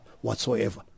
whatsoever